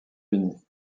unis